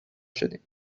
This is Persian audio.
شدیم